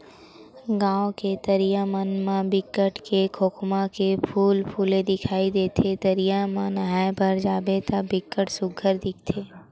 गाँव के तरिया मन म बिकट के खोखमा के फूल फूले दिखई देथे, तरिया म नहाय बर जाबे त बिकट सुग्घर दिखथे